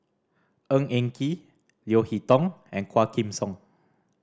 Ng Eng Kee Leo Hee Tong and Quah Kim Song